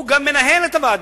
הוא גם מנהל את הוועדה.